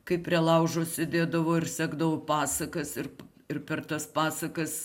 kai prie laužo sėdėdavo ir sekdavo pasakas ir ir per tas pasakas